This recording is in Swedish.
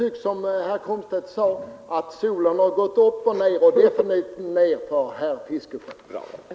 Solen går upp och ner, sade herr Komstedt, men för herr Fiskesjö tycks den nu ha gått fullständigt ner.